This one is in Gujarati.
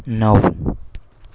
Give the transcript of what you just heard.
નવ